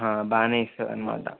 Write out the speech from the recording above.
బాగా ఇస్తుంది అన్నమాట